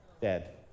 dead